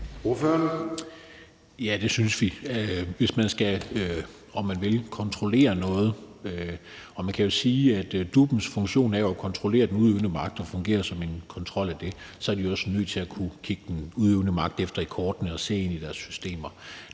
Ja, det synes vi det er, hvis man skal kontrollere noget. Man kan jo sige, at DUP'ens funktion er at kontrollere den udøvende magt, altså at fungere som en kontrol af den. Så er de jo også nødt til at kunne kigge den udøvende magt i kortene og se ind i deres systemer.